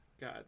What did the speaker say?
God